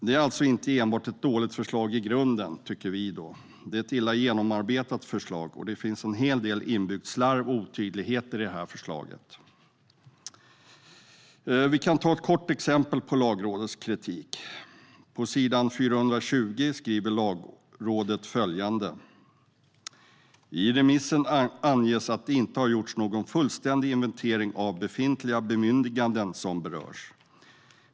Det är alltså inte enbart ett dåligt förslag i grunden, tycker vi, men det är ett illa genomarbetat förslag och det finns en hel del inbyggt slarv och otydligheter. Jag ska ta upp ett kort exempel på Lagrådets kritik. På s. 420 skriver Lagrådet följande: "I remissen anges att det inte har gjorts någon fullständig inventering av befintliga bemyndiganden som berörs.